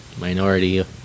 minority